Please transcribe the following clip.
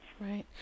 Right